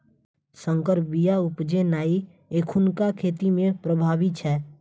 सँकर बीया उपजेनाइ एखुनका खेती मे प्रभावी छै